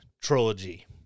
trilogy